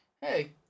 hey